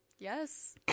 Yes